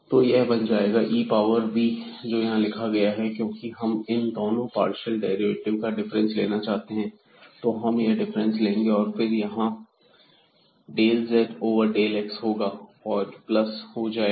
तो यह बन जाएगा e पावर v जो यहाँ लिखा गया है और क्योंकि हम इन दोनों पार्शियल डेरिवेटिव का डिफरेंस लेना चाहते हैं तो हम यह डिफरेंस लेंगे और फिर यहां पर del z over del x होगा और यह प्लस हो जाएगा